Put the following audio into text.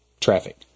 traffic